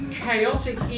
chaotic